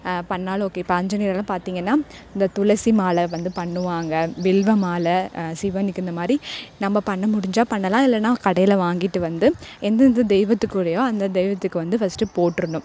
பண்ணாலும் ஓகே இப்போ ஆஞ்சிநேயர் எல்லாம் பார்த்தீங்கன்னா இந்த துளசி மாலை வந்து பண்ணுவாங்க வில்வ மாலை சிவனுக்கு இந்த மாதிரி நம்ப பண்ண முடிஞ்சால் பண்ணலாம் இல்லைன்னா கடையில் வாங்கிட்டு வந்து எந்தெந்த தெய்வத்துக்குரியதோ அந்த தெய்வத்துக்கு வந்து ஃபர்ஸ்ட்டு போட்டுருணும்